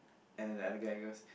and the other guy goes